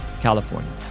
California